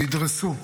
נדרסו,